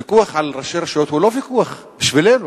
בשבילנו,